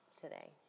today